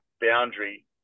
boundary